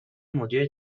مدیر